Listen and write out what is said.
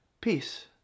peace